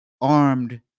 armed